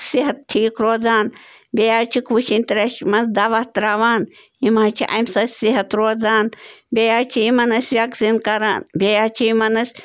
صحت ٹھیٖک روزان بیٚیہِ حظ چھِکھ وٕشِنۍ ترٛیشہِ منٛز دَوا ترٛاوان یِم حظ چھِ اَمہِ سۭتۍ صحت روزان بیٚیہِ حظ چھِ یِمَن أسۍ وٮ۪کسیٖن کران بیٚیہِ حظ چھِ یِمَن أسۍ